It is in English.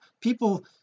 people